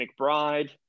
McBride